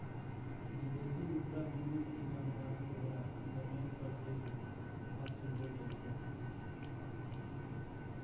विदेशी मुद्रा विनिमय की जानकारी तोहरा इंटरनेट पर से भी हासील हो जाइतो